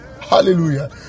Hallelujah